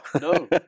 No